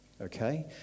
okay